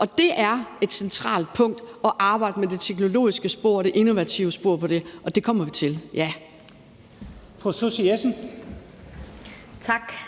og det er et centralt punkt at arbejde med det teknologiske spor og det innovative spor på det område, og det kommer vi til,